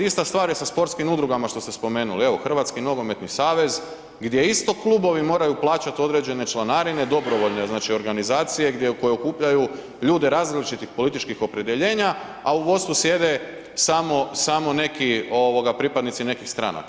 Ista stvar je sa sportskim udrugama što ste spomenuli, evo HNS gdje isto klubovi moraju plaćati određene članarine, dobrovoljne organizacije gdje koje okupljaju ljude različitih političkih opredjeljenja a u vodstvu sjede samo neki pripadnici nekih stranaka.